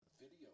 video